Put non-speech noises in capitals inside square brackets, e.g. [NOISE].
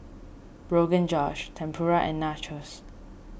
[UNINTELLIGIBLE] Josh Tempura and Nachos